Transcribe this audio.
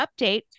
update